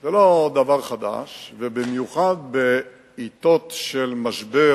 זה לא דבר חדש, ובמיוחד בעתות של משבר